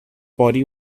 body